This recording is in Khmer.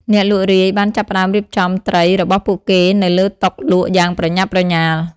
អ្នកលក់រាយ បានចាប់ផ្តើមរៀបចំត្រីរបស់ពួកគេនៅលើតុលក់យ៉ាងប្រញាប់ប្រញាល់។